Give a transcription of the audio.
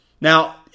Now